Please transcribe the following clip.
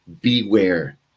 beware